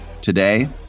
today